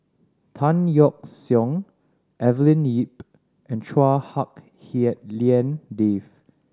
Tan Yeok Seong Evelyn Lip and Chua Hak Lien Dave